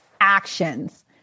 actions